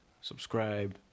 subscribe